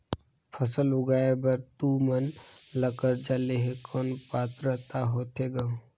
फसल उगाय बर तू मन ला कर्जा लेहे कौन पात्रता होथे ग?